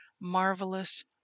marvelous